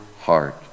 heart